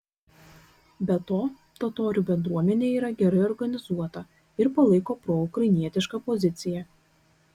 be to totorių bendruomenė yra gerai organizuota ir palaiko proukrainietišką poziciją